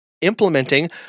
implementing